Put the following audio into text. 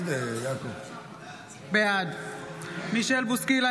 בעד מישל בוסקילה,